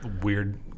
weird